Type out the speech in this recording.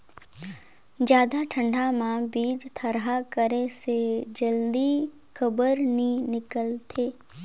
जादा ठंडा म बीजा थरहा करे से जल्दी काबर नी निकलथे?